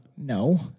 No